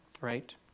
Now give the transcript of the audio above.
right